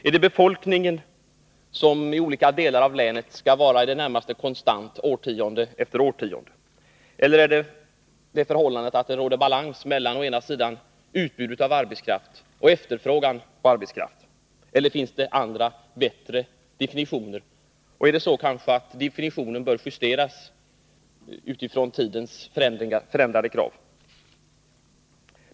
Är det att befolkningen i olika delar av länet skall vara i det närmaste konstant årtionde efter årtionde? Är det möjligen att det råder balans mellan utbud och efterfrågan på arbetskraft? Eller finns det andra, bättre definitioner? Bör kanske definitionen justeras med hänsyn till tidens förändrade krav?